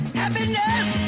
happiness